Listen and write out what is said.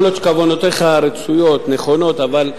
יכול להיות שכוונותיך רצויות, נכונות, אבל,